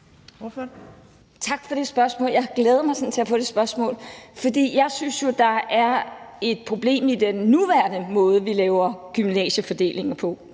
Tak for det spørgsmål. Jeg har sådan glædet mig til at få det spørgsmål, for jeg synes jo, at der er et problem med den nuværende måde, vi laver gymnasiefordelingen på.